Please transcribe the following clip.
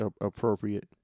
appropriate